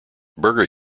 burger